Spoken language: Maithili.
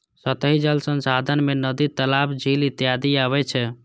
सतही जल संसाधन मे नदी, तालाब, झील इत्यादि अबै छै